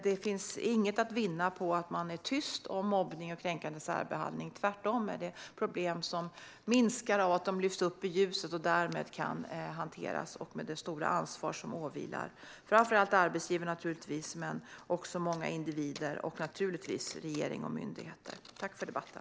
Det finns inget att vinna på att vara tyst om mobbning och kränkande särbehandling - tvärtom minskar dessa problem av att de lyfts upp i ljuset och därmed kan hanteras. Ett stort ansvar vilar framför allt på arbetsgivare men också på många individer och naturligtvis på regering och myndigheter. Tack för debatten!